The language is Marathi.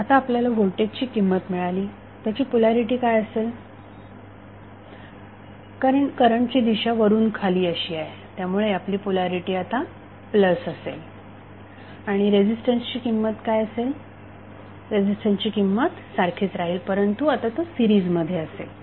आता आपल्याला व्होल्टेज ची किंमत मिळाली त्याची पोलॅरिटी काय असेल कारण करंटची दिशा वरून खाली अशी आहे त्यामुळे आपली पोलॅरिटी आता प्लस असेल रेझिस्टन्सची किंमत काय असेल रेझिस्टन्सची किंमत सारखीच राहील परंतु आता तो सिरीज मध्ये असेल